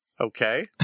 Okay